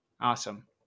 Awesome